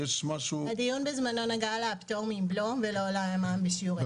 הדיון בזמנו נגע לפטור מבלו ולא למע"מ בשיעור אפס.